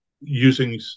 using